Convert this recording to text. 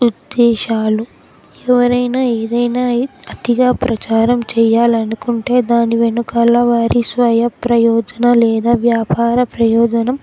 ఉద్దేశాలు ఎవరైనా ఏదైనా అతిగా ప్రచారం చేయాలనుకుంటే దాని వెనుకాల వారి స్వయ ప్రయోజన లేదా వ్యాపార ప్రయోజనం